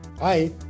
Hi